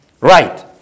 Right